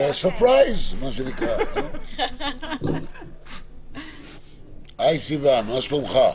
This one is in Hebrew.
היי, סיון, מה שלומך?